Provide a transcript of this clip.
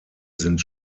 sind